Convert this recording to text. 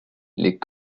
les